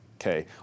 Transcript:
okay